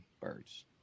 birds